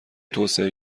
توسعه